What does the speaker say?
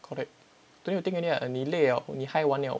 correct don't need to think already what 你累了你 high 完了